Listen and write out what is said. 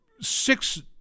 six